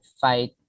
fight